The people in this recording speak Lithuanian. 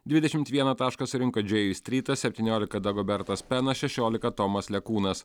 dvidešimt vieną tašką surinko džėjus strytas septyniolika dagobertas penas šešiolika tomas lekūnas